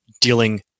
dealing